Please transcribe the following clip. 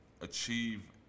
achieve